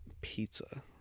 pizza